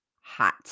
hot